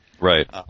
Right